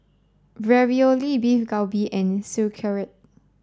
Ravioli Beef Galbi and Sauerkraut